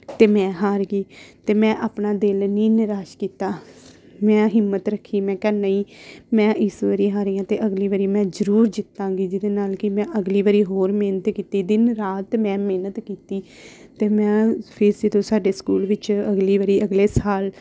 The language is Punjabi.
ਅਤੇ ਮੈਂ ਹਾਰ ਗਈ ਅਤੇ ਮੈਂ ਆਪਣਾ ਦਿਲ ਨਹੀਂ ਨਿਰਾਸ਼ ਕੀਤਾ ਮੈਂ ਹਿੰਮਤ ਰੱਖੀ ਮੈਂ ਕਿਹਾ ਨਹੀਂ ਮੈਂ ਇਸ ਵਾਰੀ ਹਾਰੀ ਹਾਂ ਅਤੇ ਅਗਲੀ ਵਾਰੀ ਮੈਂ ਜ਼ਰੂਰ ਜਿੱਤਾਂਗੀ ਜਿਹਦੇ ਨਾਲ ਕਿ ਮੈਂ ਅਗਲੀ ਵਾਰੀ ਹੋਰ ਮਿਹਨਤ ਕੀਤੀ ਦਿਨ ਰਾਤ ਮੈਂ ਮਿਹਨਤ ਕੀਤੀ ਅਤੇ ਮੈਂ ਫਿਰ ਜਦੋਂ ਸਾਡੇ ਸਕੂਲ ਵਿੱਚ ਅਗਲੀ ਵਾਰੀ ਅਗਲੇ ਸਾਲ